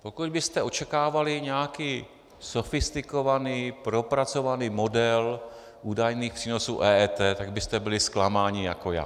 Pokud byste očekávali nějaký sofistikovaný, propracovaný model údajných přínosů EET, tak byste byli zklamáni jako já.